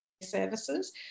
Services